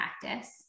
practice